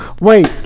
Wait